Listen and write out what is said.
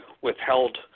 withheld